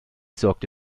sorgte